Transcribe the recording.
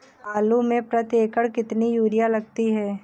आलू में प्रति एकण कितनी यूरिया लगती है?